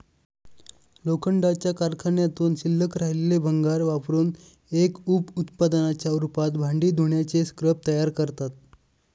लोखंडाच्या कारखान्यातून शिल्लक राहिलेले भंगार वापरुन एक उप उत्पादनाच्या रूपात भांडी धुण्याचे स्क्रब तयार करतात